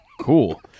Cool